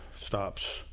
stops